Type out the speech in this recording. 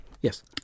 Yes